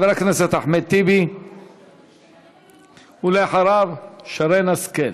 חבר הכנסת אחמד טיבי, ולאחריו, שרן השכל.